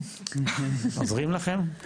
עוזרים לכם?